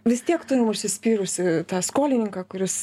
vis tiek turim užsispyrusį tą skolininką kuris